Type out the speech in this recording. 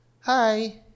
Hi